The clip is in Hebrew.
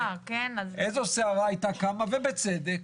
איזו סערה הייתה קמה, ובצדק?